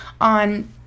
on